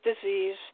disease